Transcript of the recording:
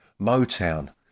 Motown